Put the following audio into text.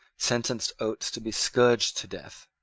sentenced oates to be scourged to death.